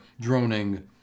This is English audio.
droning